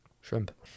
shrimp